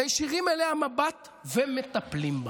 מישירים אליה מבט ומטפלים בה.